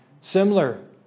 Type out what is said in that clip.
Similar